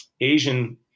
Asian